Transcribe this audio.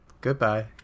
Goodbye